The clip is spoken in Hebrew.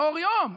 לאור יום.